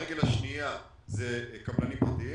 הרגל השנייה זה קבלנים פרטיים